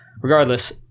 regardless